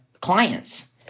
clients